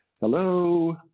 hello